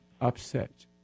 upset